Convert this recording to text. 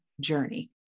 journey